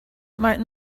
martin